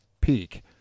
peak